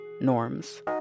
Norms